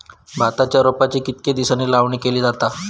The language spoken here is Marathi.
भाताच्या रोपांची कितके दिसांनी लावणी केली जाता?